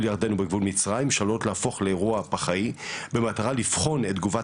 ירדן ומצריים שלו אותה הפוך לאירוע פח"עי במטרה לבחון את תגובת